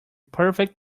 perfect